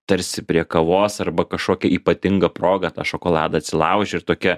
tarsi prie kavos arba kažkokia ypatinga proga tą šokoladą atsilauži ir tokia